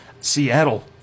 seattle